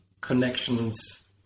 connections